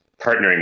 partnering